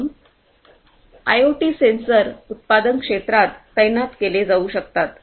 म्हणून IoT sensor उत्पादन क्षेत्रात तैनात केले जाऊ शकतात